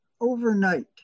overnight